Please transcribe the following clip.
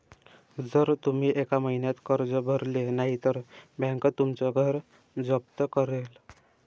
जर तुम्ही एका महिन्यात कर्ज भरले नाही तर बँक तुमचं घर जप्त करेल